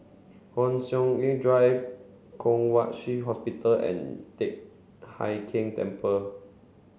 Hon Sui Sen Drive Kwong Wai Shiu Hospital and Teck Hai Keng Temple